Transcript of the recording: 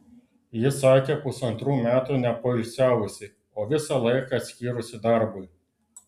ji sakė pusantrų metų nepoilsiavusi o visą laiką skyrusi darbui